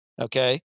Okay